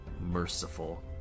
merciful